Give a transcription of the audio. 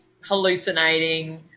hallucinating